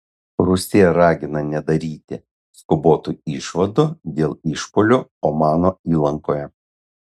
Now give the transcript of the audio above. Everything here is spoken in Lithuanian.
rusija ragina nedaryti skubotų išvadų dėl išpuolių omano įlankoje